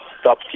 stop